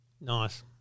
Nice